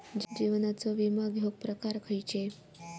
जीवनाचो विमो घेऊक प्रकार खैचे?